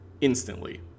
instantly